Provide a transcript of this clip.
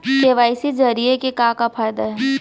KYC जरिए के का फायदा हे?